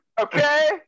Okay